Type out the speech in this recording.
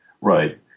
Right